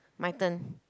my turn